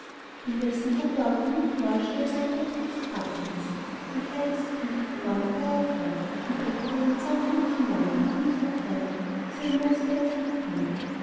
indessen hatte aber der nikolaus schnell seine pelzmütze abgerissen obgleich er sich tüchtig die ohren dabei erfror und bettete den zaunkönig hinein damit er nicht erfriere bis er ein neues kleidchen bekommen